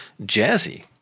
jazzy